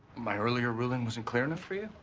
my earlier ruling wasn't clear enough for you?